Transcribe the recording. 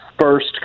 first